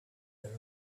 their